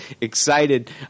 excited